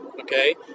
Okay